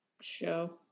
show